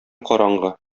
караңгы